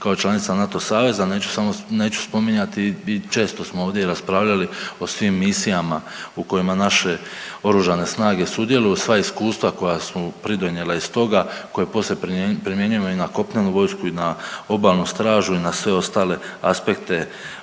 kao članica NATO saveza, neću samo, neću spominjati i često smo ovdje i raspravljali o svim misijama u kojima naše oružana snage sudjeluju i sva iskustva koja su pridonijela iz toga koje poslije primjenjujemo i na kopnenu vojsku i na obalnu stražu i na sve ostale aspekte